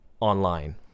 online